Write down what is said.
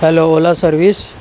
hello ola service